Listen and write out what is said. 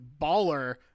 baller